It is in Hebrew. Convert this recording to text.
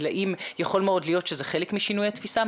יכול מאוד להיות שזה חלק משינוי התפיסה,